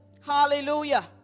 Hallelujah